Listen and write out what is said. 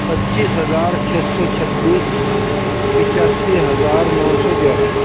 پچیس ہزار چھ سو چھبیس پچاسی ہزار نو سو گیارہ